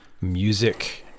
music